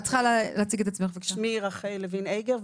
שמי רחל איגור לוין,